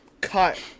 cut